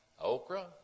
okra